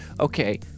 Okay